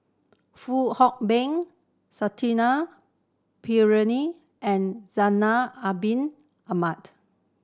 Fong Hoe Beng Pereira and Zainal Abidin Ahmad